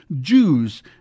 Jews